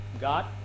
God